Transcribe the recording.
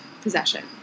possession